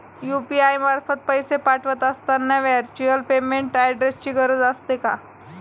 UPI मार्फत पैसे पाठवत असताना व्हर्च्युअल पेमेंट ऍड्रेसची गरज असते का?